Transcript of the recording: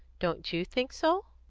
don't you think so?